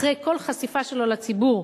אחרי כל החשיפה שלו לציבור,